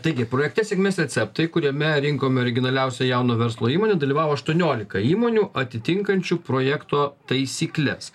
taigi projekte sėkmės receptai kuriame rinkome originaliausią jauno verslo įmonę dalyvavo aštuoniolika įmonių atitinkančių projekto taisykles